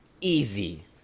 easy